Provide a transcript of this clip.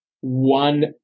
one